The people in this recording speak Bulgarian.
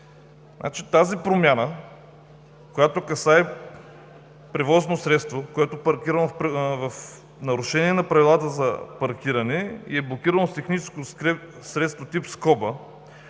тази промяна, която касае превозно средство, което е паркирано в нарушение на правилата за паркиране и е блокирано с техническо средство тип „скоба“,